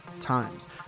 times